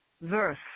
verse